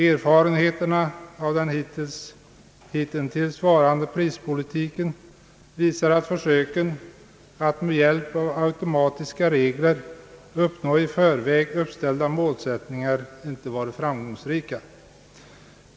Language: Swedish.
Erfarenheterna av den hitintills förda prispolitiken visar att försöken att med hjälp av automatiska regler uppnå i förväg uppställda målsättningar inte varit framgångsrika.